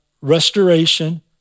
restoration